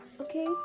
Okay